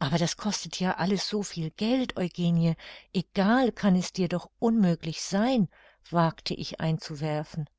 aber das kostet ja alles so viel geld eugenie egal kann es dir doch unmöglich sein wagte ich einzuwerfen